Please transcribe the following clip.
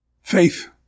faith